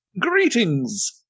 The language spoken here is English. greetings